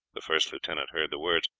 the first lieutenant heard the words.